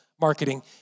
marketing